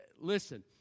Listen